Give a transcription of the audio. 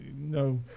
no